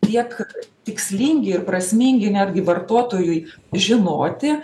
tiek tikslingi ir prasmingi netgi vartotojui žinoti